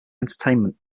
entertainment